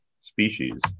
species